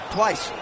twice